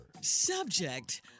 Subject